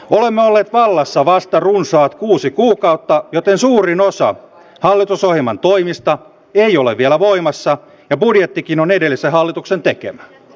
olemme olleet vallassa vasta runsaat kuusi kuukautta joten suurin osa hallitusohjelman toimista ei ole vielä voimassa ja budjettikin on edellisen hallituksen tekemä